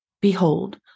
behold